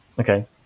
Okay